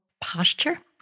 posture